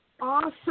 Awesome